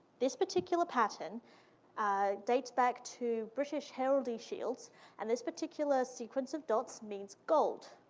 this particular pattern ah dates back to british heralding shields and this particular sequence of dots means gold,